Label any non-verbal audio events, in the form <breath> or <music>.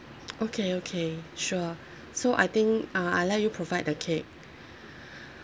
okay okay sure so I think ah I like you provide the cake <breath>